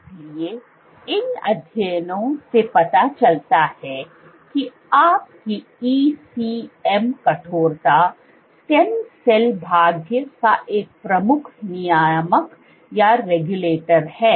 इसलिए इन अध्ययनों से पता चलता है कि आपकी ECM कठोरता स्टेम सेल भाग्य का एक प्रमुख नियामक है